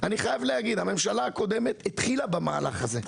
שהממשלה הקודמת התחילה במהלך הזה.